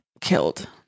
killed